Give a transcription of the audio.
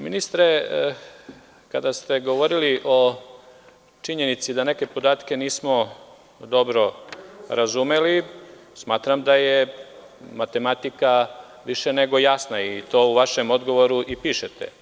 Ministre, kada ste govorili o činjenici da neke podatke nismo dobro razumeli, smatram da je matematika više nego jasna i to u vašem odgovoru i pišete.